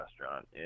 restaurant